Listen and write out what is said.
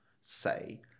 say